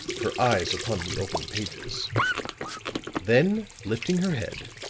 her eyes upon the open pages then lifting her head,